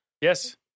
yes